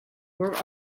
were